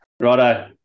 Righto